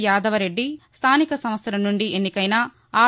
యాదవ రెడ్డి స్థానిక సంస్థల నుండి ఎన్నికైన ఆర్